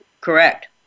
Correct